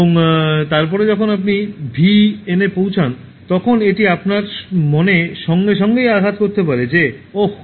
এবং তারপরে যখন আপনি ভি এন পৌঁছে যান তখন এটি আপনার মনে সঙ্গে সঙ্গেই আঘাত করতে পারে যে "ওহ এটি বরুণ"